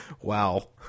Wow